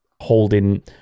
holding